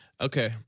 Okay